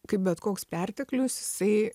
kaip bet koks perteklius jisai